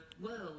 world